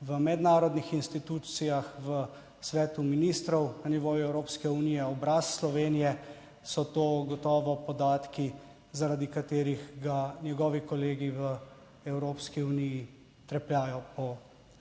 v mednarodnih institucijah, v Svetu ministrov na nivoju Evropske unije obraz Slovenije, so to gotovo podatki, zaradi katerih ga njegovi kolegi v Evropski uniji trepljajo po